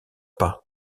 pas